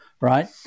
right